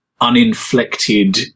uninflected